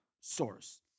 source